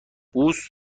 بوس